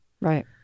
Right